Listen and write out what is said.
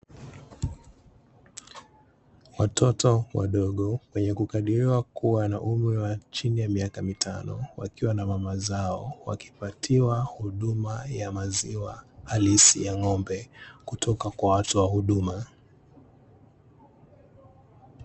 Watoto wadogo, wenye kukadiriwa kuwa na umri wa miaka mitano, wakiwa na mama zao, wakipatiwa huduma ya maziwa halisi ya ng'ombe, kutoka kwa watoa huduma.